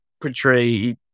portray